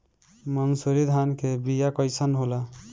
मनसुरी धान के बिया कईसन होला?